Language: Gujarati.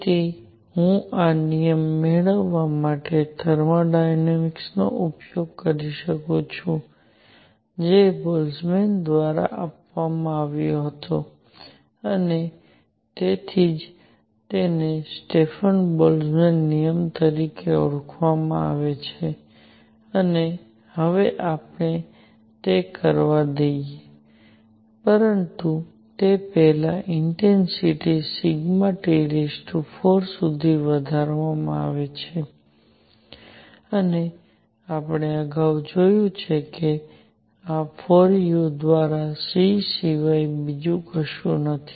તેથી હું આ નિયમ મેળવવા માટે થર્મોડાયનેમિક્સનો ઉપયોગ કરી શકું છું જે બોલ્ટ્ઝમેન દ્વારા કરવામાં આવ્યો હતો અને તેથી જ તેને સ્ટેફન બોલ્ટ્ઝમેન નિયમ તરીકે ઓળખવામાં આવે છે અને હવે આપણે તે કરવા દઈએ પરંતુ તે પહેલાં ઇન્ટેન્સિટી T4 સુધી વધારવામાં આવે છે અને આપણે અગાઉ જોયું છે કે આ 4u દ્વારા c સિવાય બીજું કંઈ નથી